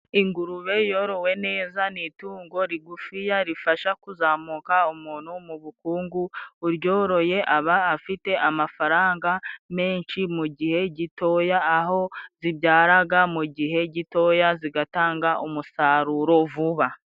Ingurube yorowe neza, ni itungo rigufiya rifasha kuzamuka umuntu mu bukungu, uryoroye aba afite amafaranga menshi mu gihe gitoya, aho zibyaraga mu gihe gitoya zigatanga umusaruro vuba.